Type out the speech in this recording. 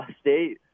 State